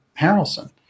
Harrelson